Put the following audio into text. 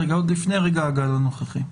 רגע, לפני הגל הנוכחי.